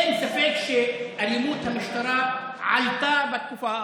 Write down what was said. אין ספק שאלימות המשטרה עלתה בתקופה האחרונה,